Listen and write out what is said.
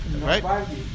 right